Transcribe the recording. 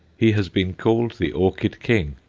he has been called the orchid king.